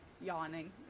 yawning